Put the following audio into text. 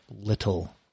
little